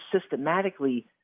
systematically